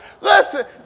Listen